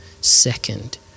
second